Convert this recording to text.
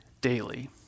daily